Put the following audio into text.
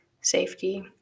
safety